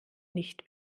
nicht